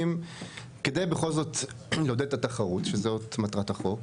כדי בכל זאת לעודד את התחרות שזו מטרת החוק,